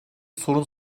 sorun